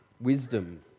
wisdom